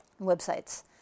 websites